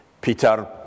Peter